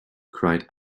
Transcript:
cried